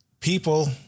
People